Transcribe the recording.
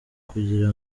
kugira